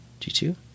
G2